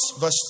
verse